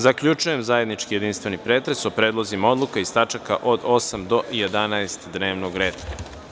Zaključujem zajednički jedinstveni pretres o predlozima odluka iz tačaka od 8. do 11. dnevnog reda.